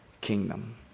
kingdom